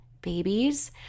babies